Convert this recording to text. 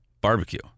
barbecue